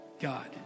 God